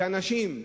כאנשים,